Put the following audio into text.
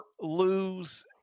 lose